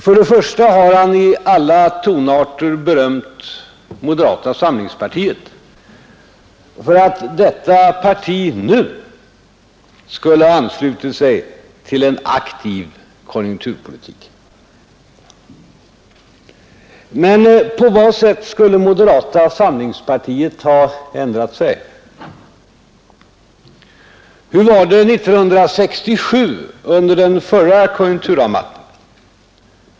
För det första har han i alla tonarter berömt moderata samlingspartiet för att det nu skulle ha anslutit sig till en aktiv konjunkturpolitik. Men på vad sätt skulle moderata samlingspartiet ha ändrat sig? Hur var det 1967 under den förra konjunkturavmattningen?